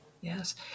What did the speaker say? Yes